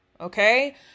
Okay